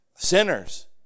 Sinners